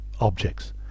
objects